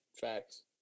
Facts